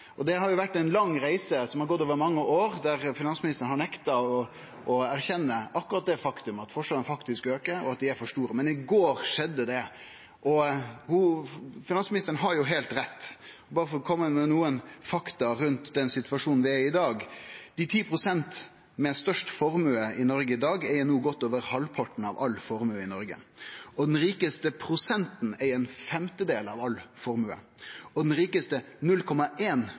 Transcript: Det har vore ei lang reise som har gått over mange år, der finansministeren har nekta å erkjenne akkurat det faktumet at forskjellane faktisk aukar, og at dei er for store. Men i går skjedde det. Finansministeren har heilt rett. For berre å kome med nokre fakta rundt den situasjonen vi er i i dag: Dei ti prosentane med størst formue i Noreg i dag eig no godt over halvparten av all formue i Noreg. Den rikaste prosenten eig ein femtedel av all formue. Den rikaste 0,1 pst. eig nesten ein